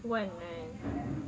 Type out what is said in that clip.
one one